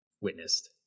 witnessed